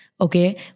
okay